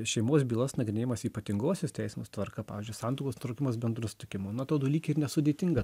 šeimos bylos nagrinėjimas ypatingosios teisenos tvarka pavyzdžiui santuokos nutraukimas bendru sutikimu na atrodo lyg ir nesudėtinga